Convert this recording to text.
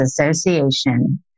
Association